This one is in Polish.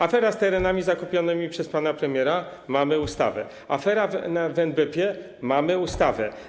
Afera z terenami zakupionymi przez pana premiera - mamy ustawę, afera w NBP - mamy ustawę.